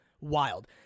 wild